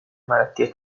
malattie